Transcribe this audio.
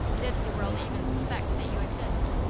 did the world even suspect that you exist?